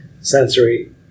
sensory